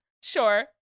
Sure